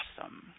awesome